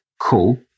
cool